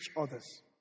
others